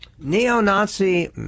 Neo-Nazi